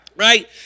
Right